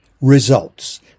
Results